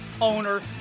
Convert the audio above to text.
owner